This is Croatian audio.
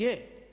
Je.